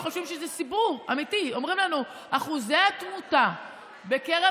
סיפור אמיתי: אחוזי התמותה בקרב